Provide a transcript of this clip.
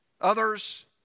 others